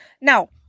Now